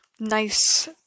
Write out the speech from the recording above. nice